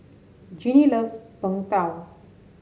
Ginny loves Png Tao